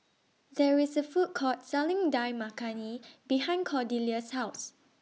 There IS A Food Court Selling Dal Makhani behind Cordelia's House